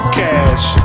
cash